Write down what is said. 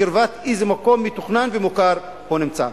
בקרבת איזה מקום מתוכנן ומוכר הוא נמצא.